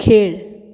खेळ